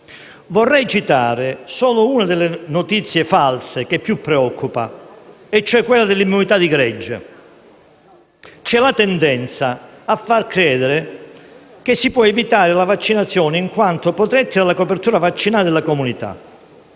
Vorrei citare solo una delle notizie false che più preoccupa e cioè quella dell'immunità di gregge. C'è la tendenza a far credere che si possa evitare la vaccinazione in quanto protetti dalla copertura vaccinale della comunità.